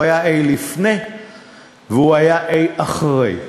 הוא היה A לפני והוא היה A אחרי.